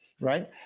right